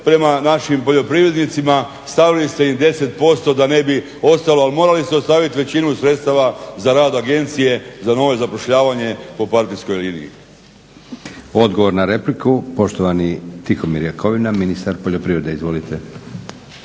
prema našim poljoprivrednicima, stavili ste im 10% da ne bi ostalo ali morali su ostaviti većinu sredstava za rad agencije za novo zapošljavanje po partijskoj liniji. **Leko, Josip (SDP)** Odgovor na repliku poštovani Tihomir Jakovina ministar poljoprivrede. Izvolite.